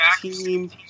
team